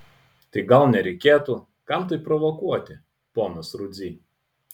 tai gal nereikėtų kam tai provokuoti ponas rudzy